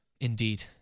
Indeed